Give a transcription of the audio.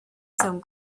some